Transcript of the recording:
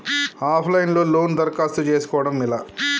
Of line లో loan దరఖాస్తు చేసుకోవడం ఎలా?